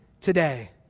today